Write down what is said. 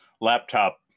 laptop